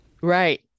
Right